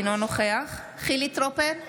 אינו נוכח חילי טרופר,